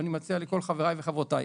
אני מציע לכל חבריי וחברותיי,